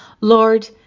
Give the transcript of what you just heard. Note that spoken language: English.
Lord